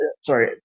sorry